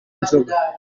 inzoga